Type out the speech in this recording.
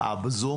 בזום